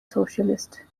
socialist